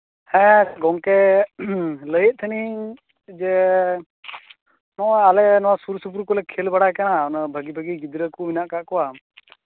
ᱦᱮᱸ ᱜᱚᱝᱠᱮ ᱞᱟᱹᱭᱮᱫ ᱛᱟᱦᱮᱸᱱᱤᱧ ᱡᱮ ᱱᱚᱶᱟ ᱟᱞᱮ ᱥᱩᱨᱼᱥᱩᱯᱩᱨ ᱠᱚᱨᱮ ᱞᱮ ᱠᱷᱮᱞ ᱵᱟᱲᱟᱭ ᱠᱟᱱᱟ ᱵᱷᱟᱹᱜᱤᱼᱵᱷᱟᱹᱜᱤ ᱜᱤᱫᱽᱨᱟᱹ ᱠᱚ ᱢᱮᱱᱟᱜ ᱟᱠᱟᱫ ᱠᱚᱣᱟ